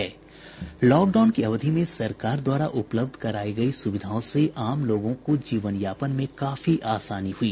lockdown की अवधि में सरकार द्वारा उपलब्ध करायी गयी सुविधाओं से आम लोगों को जीवनयापन में काफी आसानी हुई